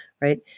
right